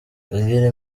kagere